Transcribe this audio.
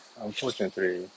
unfortunately